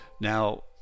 Now